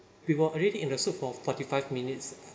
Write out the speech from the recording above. we were already in the suit for forty five minutes